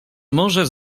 może